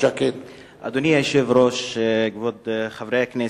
אדוני היושב-ראש, כבוד חברי הכנסת,